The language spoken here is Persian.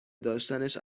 داشتنش